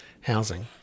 housing